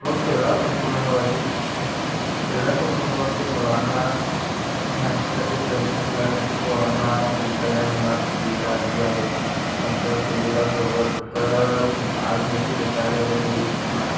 व क्रीडा संकुलनवरती क्रीडा संकुलनवरती मुलांना भरतीसाठी प्रयत्नशिलासाठी पोरांना सगळ्यांना सुविधा दिली आहे नंतर सुविधासोबत तर आर्मीची रिटायर झालेली मान